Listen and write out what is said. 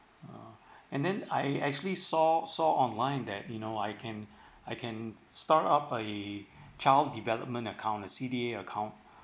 oh and then I I actually saw saw online that you know I can I can start up a child development account the C_D_A account